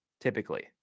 Typically